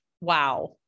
wow